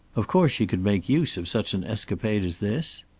of course he could make use of such an escapade as this?